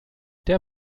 der